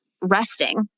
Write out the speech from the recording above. resting